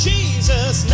Jesus